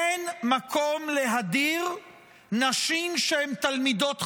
אין מקום להדיר נשים שהן תלמידות חכמים.